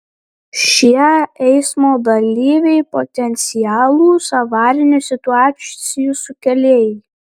šie eismo dalyviai potencialūs avarinių situacijų sukėlėjai